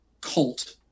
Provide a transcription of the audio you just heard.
cult